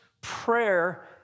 prayer